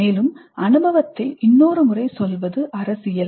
மேலும் அனுபவத்தை இன்னொரு முறை சொல்வது அரசியல்